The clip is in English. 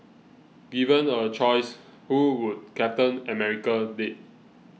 given a choice who would Captain America date